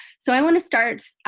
so i want to start